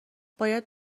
باید